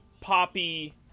poppy